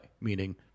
meaning